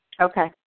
Okay